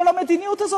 כל המדיניות הזאת,